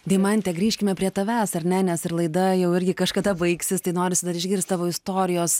deimante grįžkime prie tavęs ar ne nes ir laida jau irgi kažkada baigsis tai norisi dar išgirst tavo istorijos